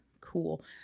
Cool